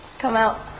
come out.